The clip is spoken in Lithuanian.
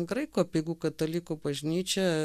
graikų apeigų katalikų bažnyčia